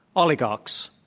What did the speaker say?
oligarchs,